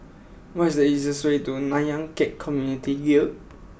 what is the easiest way to Nanyang Khek Community Guild